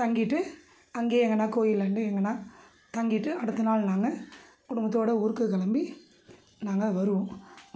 தங்கிகிட்டு அங்கையே எங்கேன்னா கோயில்லருந்து எங்கேன்னா தங்கிகிட்டு அடுத்த நாள் நாங்கள் குடும்பத்தோட ஊருக்கு கிளம்பி நாங்கள் வருவோம்